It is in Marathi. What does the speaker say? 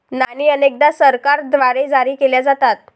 नाणी अनेकदा सरकारद्वारे जारी केल्या जातात